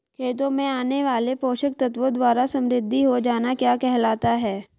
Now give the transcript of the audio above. खेतों में आने वाले पोषक तत्वों द्वारा समृद्धि हो जाना क्या कहलाता है?